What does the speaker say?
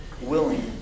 willing